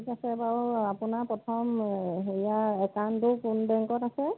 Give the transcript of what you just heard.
ঠিক আছে বাৰু আপোনাৰ প্ৰথম হেৰিয়াৰ একাউণ্টটো কোন বেংকত আছে